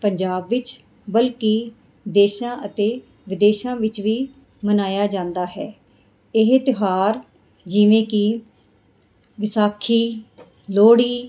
ਪੰਜਾਬ ਵਿੱਚ ਬਲਕਿ ਦੇਸ਼ਾਂ ਅਤੇ ਵਿਦੇਸ਼ਾਂ ਵਿੱਚ ਵੀ ਮਨਾਇਆ ਜਾਂਦਾ ਹੈ ਇਹ ਤਿਉਹਾਰ ਜਿਵੇਂ ਕਿ ਵਿਸਾਖੀ ਲੋਹੜੀ